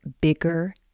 bigger